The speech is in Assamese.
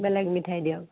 বেলেগ মিঠাই দিয়ক